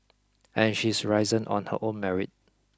and she's risen on her own merit